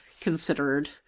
considered